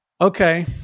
okay